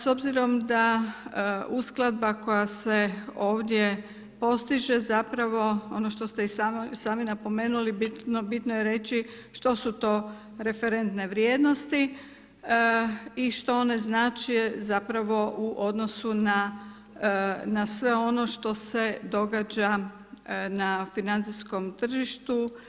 S obzirom da uskladba koja se ovdje postiže, zapravo, ono što ste i sami napomenuli, bitno je reći što su to referentne vrijednosti i što one znače u odnosu na sve ono što se događa na financijskom tržištu.